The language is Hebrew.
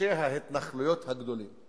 בגושי ההתנחלויות הגדולים.